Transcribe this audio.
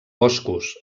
boscos